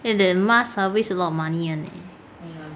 eh that mask ah waste a lot of money [one] eh